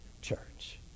Church